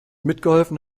mitgeholfen